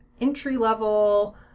entry-level